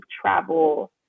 travel